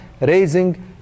raising